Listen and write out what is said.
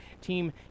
team